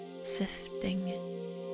sifting